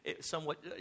somewhat